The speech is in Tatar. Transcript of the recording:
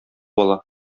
ала